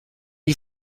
you